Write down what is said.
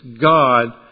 God